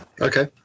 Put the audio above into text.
Okay